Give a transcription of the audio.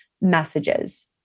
messages